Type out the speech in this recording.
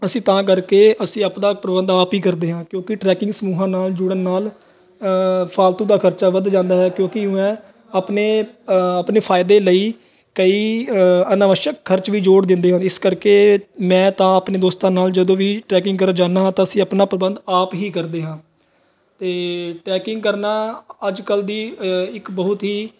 ਅਸੀਂ ਤਾਂ ਕਰਕੇ ਅਸੀਂ ਆਪਦਾ ਪ੍ਰਬੰਧ ਆਪ ਹੀ ਕਰਦੇ ਹਾਂ ਕਿਉਂਕਿ ਟਰੈਕਿੰਗ ਸਮੂਹਾਂ ਨਾਲ ਜੁੜਨ ਨਾਲ ਫਾਲਤੂ ਦਾ ਖਰਚਾ ਵੱਧ ਜਾਂਦਾ ਹੈ ਕਿਉਂਕਿ ਵੈਹ ਆਪਣੇ ਆਪਣੇ ਫਾਇਦੇ ਲਈ ਕਈ ਅਨਾਵਸ਼ਕ ਖਰਚ ਵੀ ਜੋੜ ਦਿੰਦੇ ਹਨ ਇਸ ਕਰਕੇ ਮੈਂ ਤਾਂ ਆਪਣੇ ਦੋਸਤਾਂ ਨਾਲ ਜਦੋਂ ਵੀ ਟਰੈਕਿੰਗ ਕਰਨ ਜਾਂਦਾ ਹਾਂ ਤਾਂ ਅਸੀਂ ਆਪਣਾ ਪ੍ਰਬੰਧ ਆਪ ਹੀ ਕਰਦੇ ਹਾਂ ਅਤੇ ਟਰੈਕਿੰਗ ਕਰਨਾ ਅੱਜ ਕੱਲ੍ਹ ਦੀ ਇੱਕ ਬਹੁਤ ਹੀ